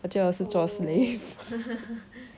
oh